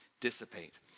dissipate